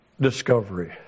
discovery